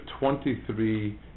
23